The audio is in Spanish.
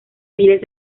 miles